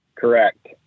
Correct